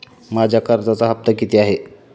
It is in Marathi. माझा कर्जाचा हफ्ता किती आहे?